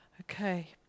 Okay